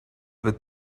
with